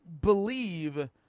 believe